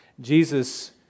Jesus